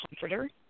comforter